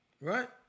Right